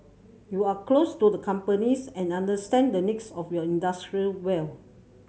you are close to the companies and understand the needs of your industry well